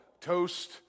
toast